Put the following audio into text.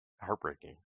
Heartbreaking